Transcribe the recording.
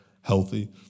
healthy